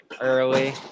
early